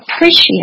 appreciate